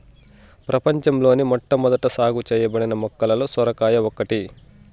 ప్రపంచంలోని మొట్టమొదట సాగు చేయబడిన మొక్కలలో సొరకాయ ఒకటి